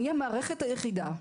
אני המערכת היחידה,